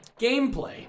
Gameplay